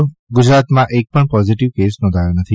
ગુજરાતમાં એક પણ પોઝીટીવ કેસ નોંધાયો નથી